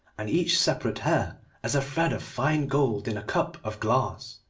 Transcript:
and each separate hair as a thread of fine gold in a cup of glass.